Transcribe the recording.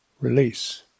release